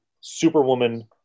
Superwoman